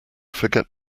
forget